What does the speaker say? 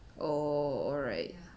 oh alright